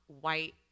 white